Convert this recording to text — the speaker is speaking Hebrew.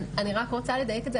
אני רק רוצה לדייק את זה,